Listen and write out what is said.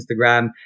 Instagram